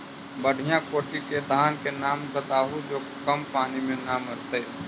बढ़िया कोटि के धान के नाम बताहु जो कम पानी में न मरतइ?